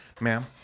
Ma'am